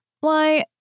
Why